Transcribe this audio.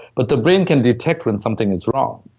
but the brain can detect when something is wrong.